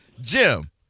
jim